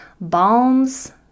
balms